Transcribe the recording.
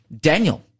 Daniel